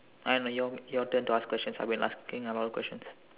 and your your turn to ask questions I've been asking a lot of questions